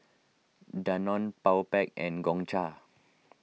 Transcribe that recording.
Danone Powerpac and Gongcha